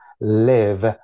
live